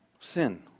sin